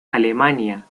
alemania